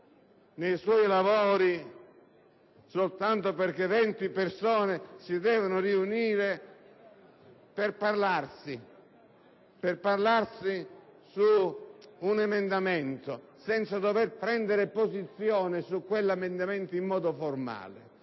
nei suoi lavori soltanto perché venti persone devono riunirsi per parlarsi su un emendamento senza dover prendere posizione su di esso in modo formale?